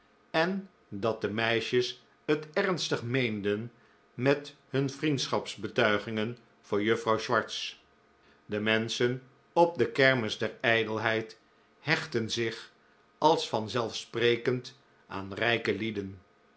en dat de meisjes het ernstig meenden met hun vriendschapsbetuigingen voor juffrouw swartz de menschen op de kermis der ijdelheid hechten zich als vanzelfsprekend aan rijke lieden